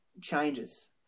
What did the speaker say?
changes